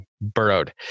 burrowed